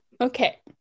Okay